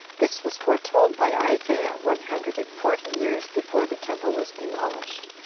this was foretold by isaiah one hundred and forty years before the temple was demolished.